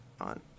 on